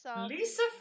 Lisa